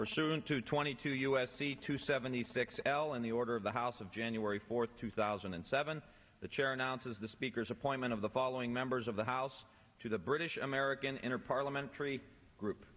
pursuant to twenty two u s c two seventy six l and the order of the house of january fourth two thousand and seven the chair announces the speaker's appointment of the following members of the house to the british american enter parliamentary group